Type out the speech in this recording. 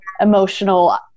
emotional